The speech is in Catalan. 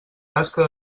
tasca